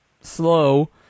slow